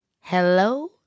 Hello